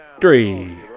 three